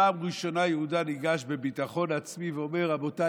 פעם ראשונה יהודה ניגש בביטחון עצמי ואומר: רבותיי,